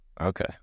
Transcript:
Okay